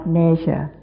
nature